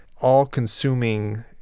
all-consuming